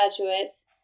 graduates